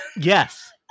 yes